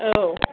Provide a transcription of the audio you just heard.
औ